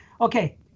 Okay